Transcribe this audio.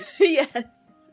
Yes